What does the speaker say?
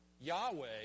Yahweh